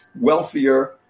wealthier